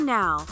now